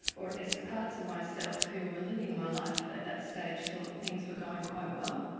or at least the parts of myself who were living my life at that stage thought things were going quite well.